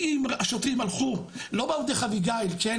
כי אם השוטרים הלכו, לא באו דרך אביגיל, כן?